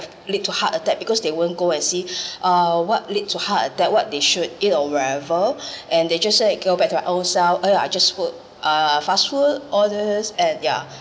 lead to heart attack because they won't go and see uh what lead to heart attack what they should eat or whatever and they just say go back to our old self !aiya! I just food uh fast food all this and yeah